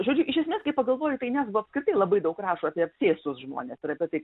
žodžiu iš esmės kai pagalvoji tai nesbo apskritai labai daug rašo apie apsėstus žmones ir apie tai